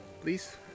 please